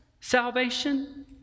salvation